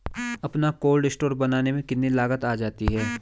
अपना cold store बनाने में कितनी लागत आ जाती है?